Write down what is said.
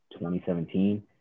2017